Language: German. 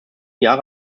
jahre